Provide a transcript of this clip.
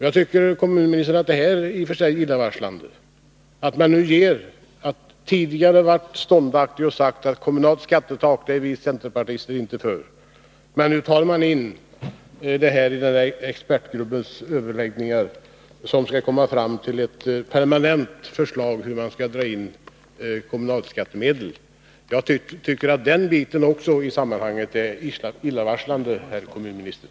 Det är i och för sig illavarslande att centerpartisterna efter att tidigare ha varit ståndaktiga och sagt att de inte är för något kommunalt skattetak, nu tar in det förslaget i expertgruppens överläggningar, som skall leda fram till ett permanent förslag om hur man skall kunna dra in kommunalskattemedel till staten. Jag tycker att också den biten i sammanhanget är illavarslande, herr kommunminister!